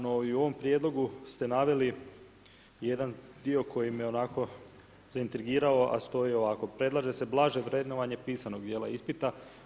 No i u ovom prijedlogu ste naveli i jedan dio koji me onako zaintrigirao a stoji ovako: „Predlaže se blaže vrednovanje pisanog dijela ispita.